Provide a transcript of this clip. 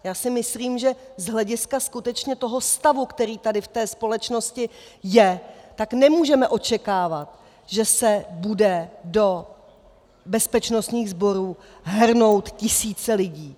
Já si myslím, že z hlediska skutečně toho stavu, který tady v té společnosti je, nemůžeme očekávat, že se budou do bezpečnostních sborů hrnout tisíce lidí.